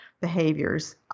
behaviors